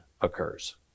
occurs